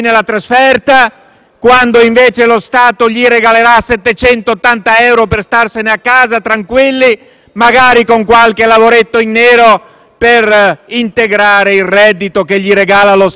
quando invece lo Stato regalerà 780 euro per starsene a casa tranquilli, magari con qualche lavoretto in nero per integrare il reddito che regala loro